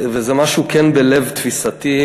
וזה משהו כן בלב תפיסתי,